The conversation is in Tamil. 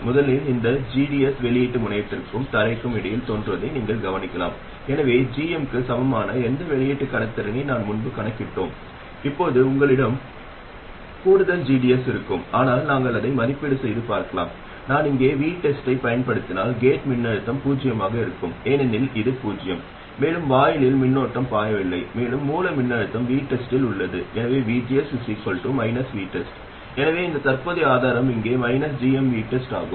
முதலில் இந்த gds வெளியீட்டு முனையத்திற்கும் தரைக்கும் இடையில் தோன்றுவதை நீங்கள் கவனிக்கலாம் எனவே gm க்கு சமமான எந்த வெளியீட்டு கடத்துத்திறனை நாம் முன்பு கணக்கிட்டோம் இப்போது உங்களிடம் கூடுதல் gds இருக்கும் ஆனால் நாங்கள் அதை மதிப்பீடு செய்து பார்க்கலாம் நான் இங்கே VTEST ஐப் பயன்படுத்தினால் கேட் மின்னழுத்தம் பூஜ்ஜியமாக இருக்கும் ஏனெனில் இது பூஜ்ஜியம் மேலும் வாயிலில் மின்னோட்டம் பாயவில்லை மேலும் மூல மின்னழுத்தம் VTEST இல் உள்ளது எனவே vgs VTEST எனவே இந்த தற்போதைய ஆதாரம் இங்கே gmVTEST ஆகும்